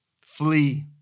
flee